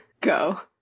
Go